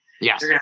Yes